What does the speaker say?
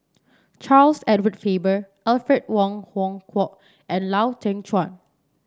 Charles Edward Faber Alfred Wong Hong Kwok and Lau Teng Chuan